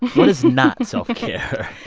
what is not self-care?